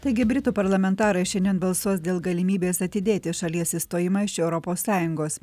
taigi britų parlamentarai šiandien balsuos dėl galimybės atidėti šalies išstojimą iš europos sąjungos